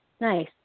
Nice